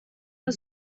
are